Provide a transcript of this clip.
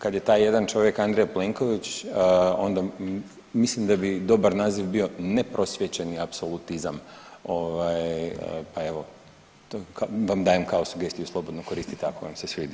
Kad je taj jedan čovjek Andrej Plenković onda mislim da bi dobar naziv bio neprosvijećeni apsolutizam ovaj pa evo to vam dajem kao sugestiju, slobodno koristite ako vam se svidi.